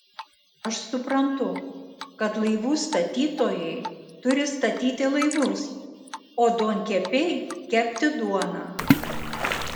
aš suprantu kad laivų statytojai turi statyti laivus o duonkepiai kepti duoną